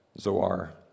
Zoar